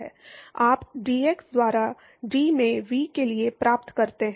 आप dx द्वारा d में v के लिए प्राप्त करते हैं